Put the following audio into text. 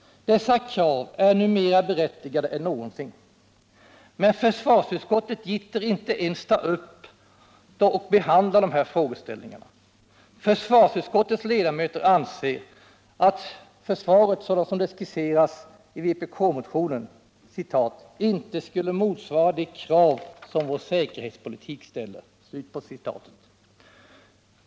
Dessa krav är nu mera berättigade än någonsin, men försvarsutskottet gitter inte ens ta upp och behandla de här frågeställningarna. Försvarsutskottets ledamöter anser att försvaret såsom det skisseras i vpk-motionen ”inte skulle motsvara de krav som vår säkerhetspolitik ställer”.